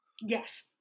yes